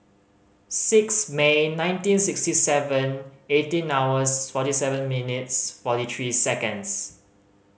six May nineteen sixty seven eighteen hours forty seven minutes forty three seconds